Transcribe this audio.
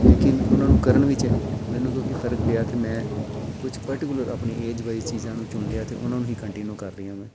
ਲੇਕਿਨ ਉਹਨਾਂ ਨੂੰ ਕਰਨ ਵਿੱਚ ਮੈਨੂੰ ਕਿਉਂਕਿ ਫਰਕ ਪਿਆ ਅਤੇ ਮੈਂ ਕੁਛ ਪਰਟੀਕੁਲਰ ਆਪਣੀ ਏਜ ਵਾਈਜ਼ ਚੀਜ਼ਾਂ ਨੂੰ ਚੁਣ ਲਿਆ ਅਤੇ ਉਹਨਾਂ ਨੂੰ ਹੀ ਕੰਟੀਨਿਊ ਕਰ ਲਈਆਂ ਮੈਂ